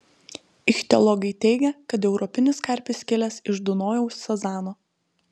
ichtiologai teigia kad europinis karpis kilęs iš dunojaus sazano